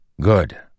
Good